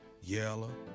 yellow